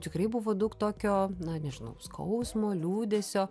tikrai buvo daug tokio na nežinau skausmo liūdesio